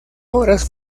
obras